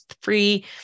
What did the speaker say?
free